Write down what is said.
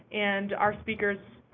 and our speakers